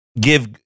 give